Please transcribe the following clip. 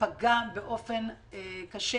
שפגע באופן קשה